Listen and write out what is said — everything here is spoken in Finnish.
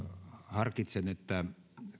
harkitsen että